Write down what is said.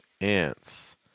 ants